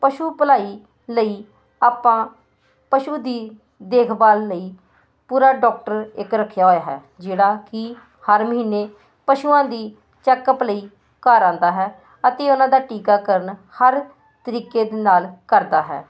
ਪਸ਼ੂ ਭਲਾਈ ਲਈ ਆਪਾਂ ਪਸ਼ੂ ਦੀ ਦੇਖਭਾਲ ਲਈ ਪੂਰਾ ਡਾਕਟਰ ਇੱਕ ਰੱਖਿਆ ਹੋਇਆ ਹੈ ਜਿਹੜਾ ਕਿ ਹਰ ਮਹੀਨੇ ਪਸ਼ੂਆਂ ਦੇ ਚੈਕਅਪ ਲਈ ਘਰ ਆਉਂਦਾ ਹੈ ਅਤੇ ਉਹਨਾਂ ਦਾ ਟੀਕਾਕਰਨ ਹਰ ਤਰੀਕੇ ਦੇ ਨਾਲ ਕਰਦਾ ਹੈ